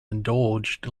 indulged